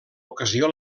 ocasió